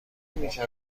موند